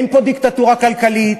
אין פה דיקטטורה כלכלית,